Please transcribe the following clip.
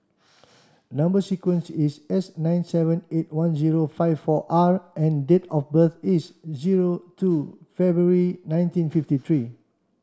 number sequence is S nine seven eight one zero five four R and date of birth is zero two February nineteen fifty three